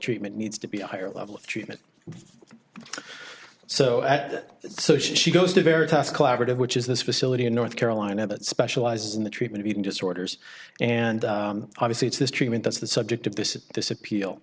treatment needs to be a higher level of treatment so so she goes to a very fast collaborative which is this facility in north carolina that specializes in the treatment eating disorders and obviously it's this treatment that's the subject of this